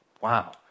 wow